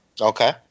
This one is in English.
Okay